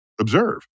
observe